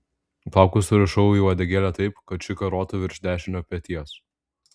plaukus surišau į uodegėlę taip kad ši karotų virš dešinio peties